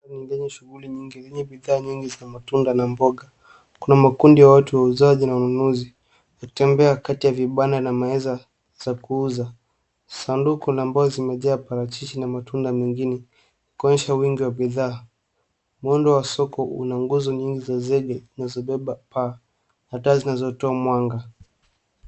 Soko lenye shughuli nyingi yenye bidhaa nyingi za matunda na mboga. Kuna makundi ya watu, wauzaji na wanunuzi, hutembea kati ya vibanda na wanaweza kuuza. Sanduku na mbao zimejaa parachichi na matunda mengine, kuonyesha wingi wa bidhaa. Muundo wa soko una nguzo nyingi za zege zinazobeba paa na taa zinazotoa mwanga.